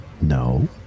No